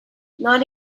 not